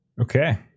Okay